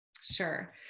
Sure